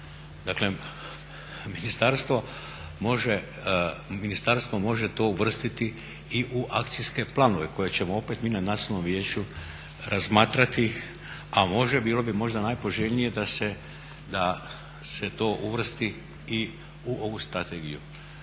Dakle ministarstvo može to uvrstiti i u akcijske planove koje ćemo opet mi na nacionalnom vijeću razmatrati, a možda bi bilo najpoželjnije da se to uvrsti i u ovu strategiju